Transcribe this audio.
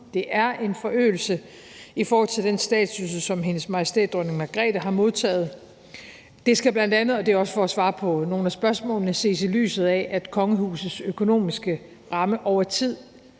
Det er en forøgelse i forhold til den statsydelse, som Hendes Majestæt Dronning Margrethe har modtaget. Det skal bl.a. – og det er også for at svare på nogle af spørgsmålene – ses i lyset af, at kongehusets økonomiske ramme over tid